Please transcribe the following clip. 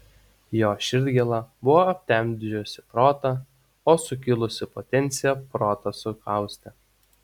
jo širdgėla buvo aptemdžiusi protą o sukilusi potencija protą sukaustė